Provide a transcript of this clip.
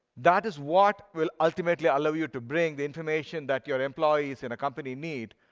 that is what will ultimately allow you to bring the information that your employees in a company need,